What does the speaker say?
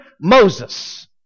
Moses